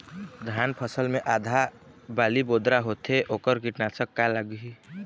धान फसल मे आधा बाली बोदरा होथे वोकर कीटनाशक का लागिही?